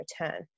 return